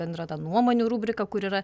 bendra ta nuomonių rubrika kur yra